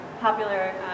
popular